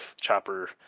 Chopper